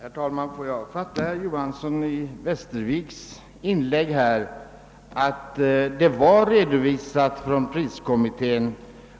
Herr talman! Får jag uppfatta herr Johanssons i Västervik inlägg här så, att priskommittén har redovisat